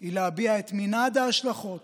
הוא להביע את מנעד ההשלכות